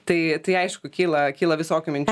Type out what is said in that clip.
tai tai aišku kyla kyla visokių minčių